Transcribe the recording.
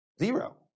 zero